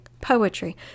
poetry